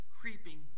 creeping